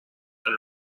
and